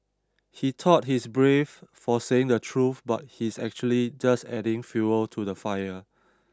he thought he's brave for saying the truth but he's actually just adding fuel to the fire